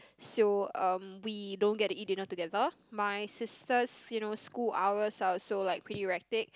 so um we don't get to eat dinner together my sisters you know school hours are also like pretty erratic